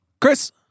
Chris